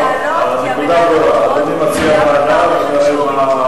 כי המנהלות רואות פגיעה במערכת כשהורים מתלוננים.